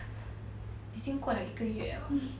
已经过了一个月 liao